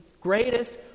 greatest